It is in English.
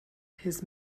his